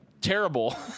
terrible